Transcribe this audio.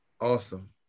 Awesome